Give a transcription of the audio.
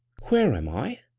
where am i?